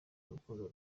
urukundo